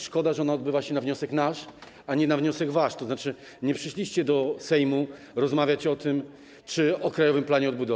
Szkoda, że ona odbywa się na wniosek nasz, a nie na wniosek wasz, tzn. nie przyszliście do Sejmu rozmawiać o tym czy o krajowym planie odbudowy.